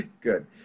Good